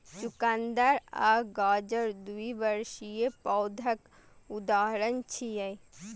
चुकंदर आ गाजर द्विवार्षिक पौधाक उदाहरण छियै